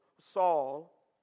Saul